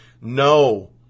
No